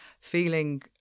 feeling